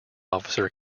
officer